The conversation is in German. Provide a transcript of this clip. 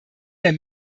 der